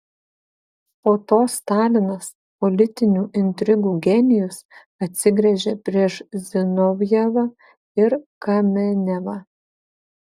po to stalinas politinių intrigų genijus atsigręžė prieš zinovjevą ir kamenevą